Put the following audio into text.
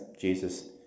Jesus